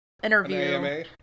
interview